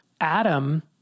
Adam